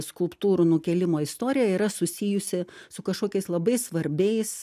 skulptūrų nukėlimo istorija yra susijusi su kažkokiais labai svarbiais